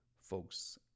folks